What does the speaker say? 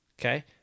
Okay